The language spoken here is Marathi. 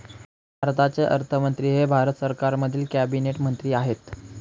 भारताचे अर्थमंत्री हे भारत सरकारमधील कॅबिनेट मंत्री आहेत